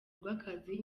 rw’akazi